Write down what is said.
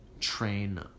train